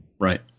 Right